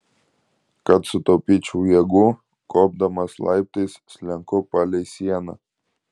kad sutaupyčiau jėgų kopdamas laiptais slenku palei sieną